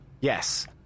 Yes